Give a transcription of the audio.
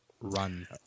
Run